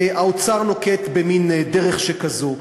האוצר נוקט מין דרך שכזו.